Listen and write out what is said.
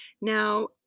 Now